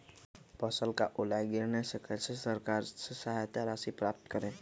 फसल का ओला गिरने से कैसे सरकार से सहायता राशि प्राप्त करें?